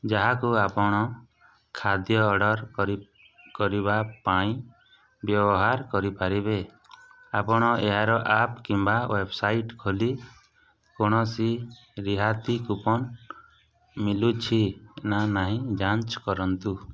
ଯାହାକୁ ଆପଣ ଖାଦ୍ୟ ଅର୍ଡ଼ର କରିବା ପାଇଁ ବ୍ୟବହାର କରିପାରିବେ ଆପଣ ଏହାର ଆପ୍ କିମ୍ବା ୱେବସାଇଟ୍ ଖୋଲି କୌଣସି ରିହାତି କୁପନ ମିଲୁଛି ନା ନାହିଁ ଯାଞ୍ଚ କରନ୍ତୁ